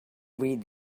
read